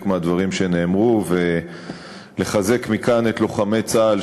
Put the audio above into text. מהדברים שנאמרו ולחזק מכאן את לוחמי צה"ל,